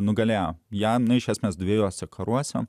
nugalėjo ją iš esmės dviejuose karuose